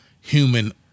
human